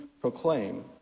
proclaim